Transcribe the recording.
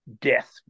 death